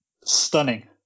Stunning